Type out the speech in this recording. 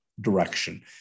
Direction